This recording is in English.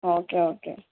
okay okay